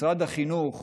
משרד החינוך